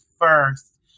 first